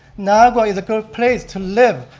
niagara is a good place to live,